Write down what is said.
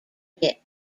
bit